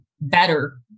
better